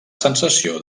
sensació